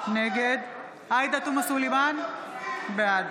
נגד עאידה תומא סלימאן, בעד